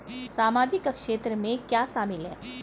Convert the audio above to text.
सामाजिक क्षेत्र में क्या शामिल है?